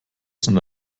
sind